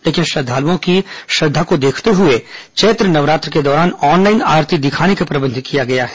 लेकिन श्रद्वालुओं की श्रद्वा को देखते हुए चैत्र नवरात्र के दौरान ऑनलाइन आरती दिखाने का प्रबंध किया गया है